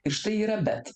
ir štai yra bet